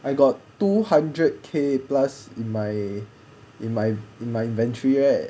I got two hundred K plus in my in my in my inventory right